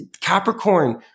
capricorn